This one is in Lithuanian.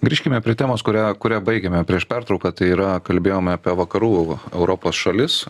grįžkime prie temos kurią kuria baigėme prieš pertrauką tai yra kalbėjome apie vakarų europos šalis